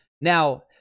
Now